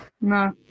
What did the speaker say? No